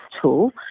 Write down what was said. tool